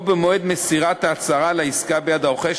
או במועד מסירת ההצהרה לעסקה ביד הרוכש,